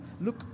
look